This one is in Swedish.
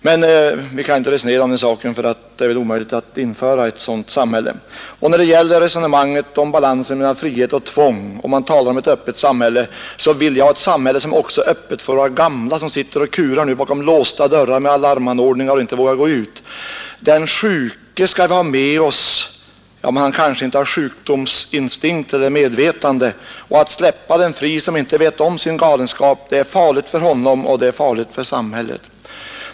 Men vi skall inte resonera om den saken, eftersom det väl är omöjligt att åstadkomma ett sådant samhälle. När det gäller balansen mellan frihet och tvång och talet om ett öppet samhälle vill jag säga att jag vill ha ett samhälle som är öppet också för våra gamla som sitter och kurar bakom låsta dörrar och med alarmanordningar och som inte vågar gå ut. Den sjuke skall vi ha med oss, säger utskottets talesman. Men han kanske inte har sjukdomsinsikt eller sjukdomsmedvetande, och att släppa den fri, som inte vet om sin galenskap, är farligt för honom och det är farligt för samhället.